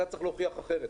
הבוחן צריך להוכיח אחרת.